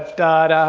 da,